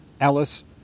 Alice